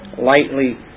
lightly